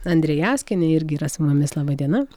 andrejauskienė irgi yra su mumis laba diena